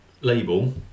label